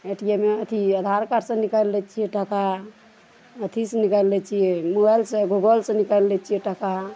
ए T M अथी Aadhaar card से निकालि लै छियै टाका अथी से निकालि लै छियै मोबाइल से गूगल सऽ निकालि लै छियै टका